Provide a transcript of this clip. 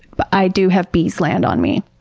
but i do have bees land on me.